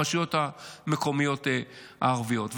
ברשויות המקומיות הערביות.